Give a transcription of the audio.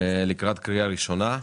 לקראת הקריאה הראשונה.